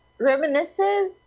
reminisces